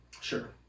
sure